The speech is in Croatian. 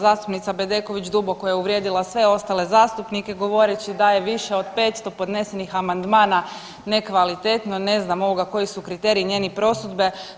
Zastupnica Bedeković duboko je uvrijedila sve ostale zastupnike govoreći da je više od 500 podnesenih amandmana nekvalitetno, ne znam koji su kriteriji njezine prosudbe.